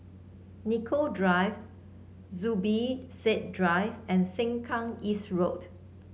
Nicoll Drive Zubir Said Drive and Sengkang East Road